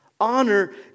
Honor